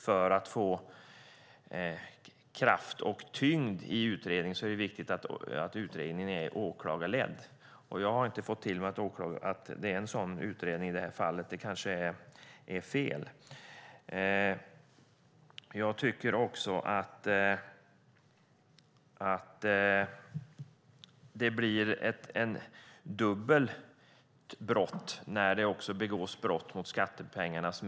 För att få kraft och tyngd i utredningen är det också viktigt att utredningen är åklagarledd, och jag har inte hört att det är så i detta fall. Men det kanske är fel. Det blir ett dubbelt brott i och med att det också begås brott mot skattebetalarna.